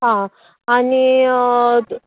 आं आनी